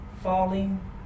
falling